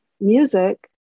music